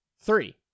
Three